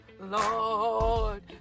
Lord